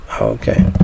Okay